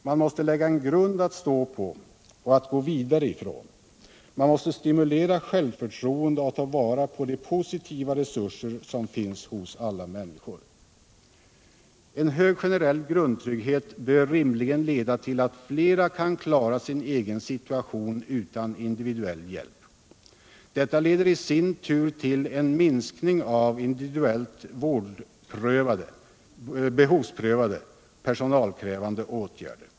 Man måste lägga en grund att stå på och att gå vidare ifrån. Man måste stimulera självförtroendet och ta vara på de positiva resurser som finns hos alla människor. En hög generell grundtrygghet bör rimligen leda till att flera människor kan klara sin egen situation utan individuell hjälp. Detta leder i sin tur till en minskning av individuellt behovsprövade, personalkrävande åtgärder.